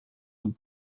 and